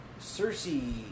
Cersei